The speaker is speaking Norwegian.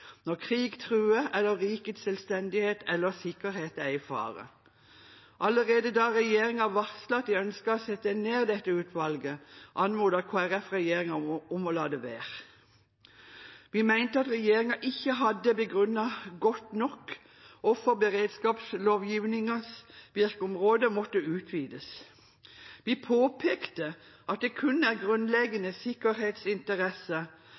når krig truer eller rikets selvstendighet eller sikkerhet er i fare. Allerede da regjeringen varslet at de ønsket å sette ned dette utvalget, anmodet Kristelig Folkeparti regjeringen om å la det være. Vi mente at regjeringen ikke hadde begrunnet godt nok hvorfor beredskapslovgivningens virkeområde måtte utvides. Vi påpekte at det kun er